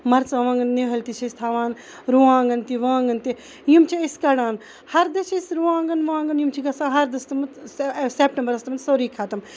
مَرژٕوانٛگَن نہٲلۍ تہِ چھِ أسۍ تھاوان رُوانٛگَن تہِ وانٛگَن تہِ یِم چھِ أسۍ کَڑان ہَردٕ چھِ أسۍ رُوانٛگَن وانٛگَن یِم چھِ گَژھان ہَردَس تامَتھ سیٚپٹمبَرَس تامَتھ سورُے ختم